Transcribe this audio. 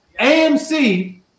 AMC